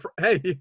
hey